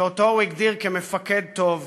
שאותו הוא הגדיר כ"מפקד טוב",